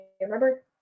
Remember